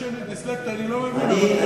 זה שאני דיסלקט אני לא מבין, אבל,